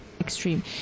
extreme